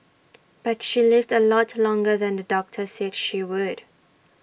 but she lived A lot longer than the doctor said she would